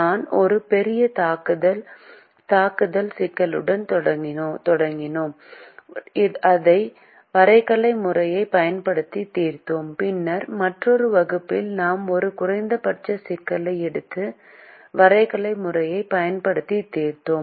நாம் ஒரு பெரிதாக்குதல் சிக்கலுடன் தொடங்கினோம் அதை வரைகலை முறையைப் பயன்படுத்தி தீர்த்தோம் பின்னர் மற்றொரு வகுப்பில் நாம் ஒரு குறைந்தபட்ச சிக்கலை எடுத்து வரைகலை முறையைப் பயன்படுத்தி தீர்த்தோம்